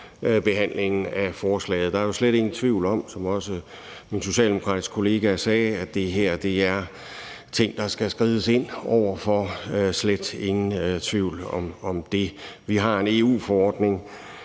behandlingen af forslaget. Der er jo, som også min socialdemokratiske kollega sagde, slet ingen tvivl om, at det her er ting, der skal skrides ind over for – der er slet ingen tvivl om det. Vi har en EU-forordning,